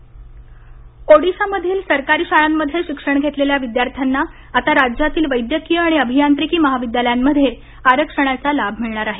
ओडिशा ओडिशामधील सरकारी शाळांमध्ये शिक्षण घेतलेल्या विद्यार्थ्यांना आता राज्यातील वैद्यकीय आणि अभियांत्रिकी महाविद्यालयांमध्ये आरक्षणाचा लाभ मिळणार आहे